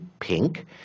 pink